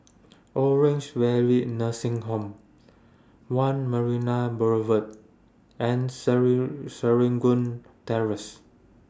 Orange Valley Nursing Home one Marina Boulevard and Serangoon Terrace